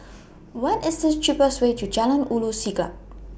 What IS The cheapest Way to Jalan Ulu Siglap